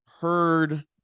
heard